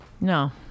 No